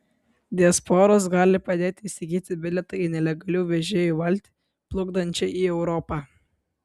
diasporos gali padėti įsigyti bilietą į nelegalių vežėjų valtį plukdančią į europą